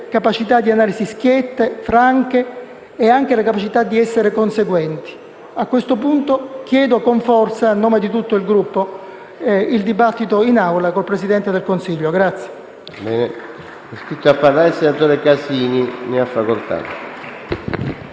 capacità di analisi schiette, franche e anche di essere conseguenti. A questo punto, chiedo con forza, a nome di tutto il Gruppo, il dibattito in Assemblea con il Presidente del Consiglio.